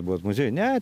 buvot muziejui ne